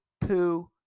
poo